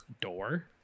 door